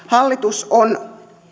hallitus on